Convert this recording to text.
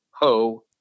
ho